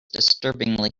disturbingly